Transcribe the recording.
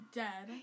dead